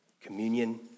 communion